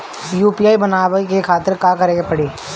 UPI बनावे के खातिर का करे के पड़ी?